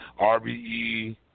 RBE